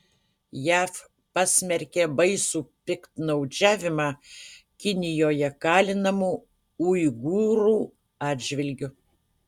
jav pasmerkė baisų piktnaudžiavimą kinijoje kalinamų uigūrų atžvilgiu